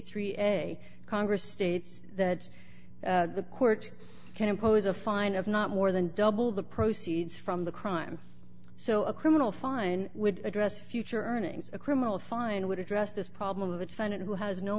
three a congress states that the courts can impose a fine of not more than double the proceeds from the crime so a criminal fine would address future earnings a criminal fine would address this problem of a defendant who has no